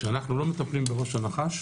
כשאנחנו לא מטפלים בראש הנחש.